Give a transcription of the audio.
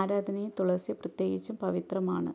ആരാധനയിൽ തുളസി പ്രത്യേകിച്ചും പവിത്രമാണ്